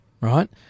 right